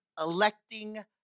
electing